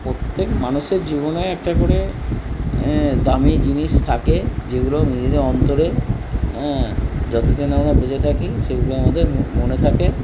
প্রত্যেক মানুষের জীবনে একটা করে দামি জিনিস থাকে যেগুলো নিজেদের অন্তরে যতদিন আমরা বেঁচে থাকি সেগুলো আমাদের মনে থাকে